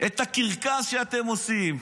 את הקרקס שאתם עושים,